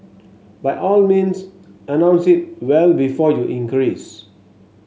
by all means announce it well before you increase